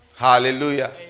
Hallelujah